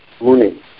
Muni